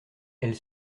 elle